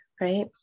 right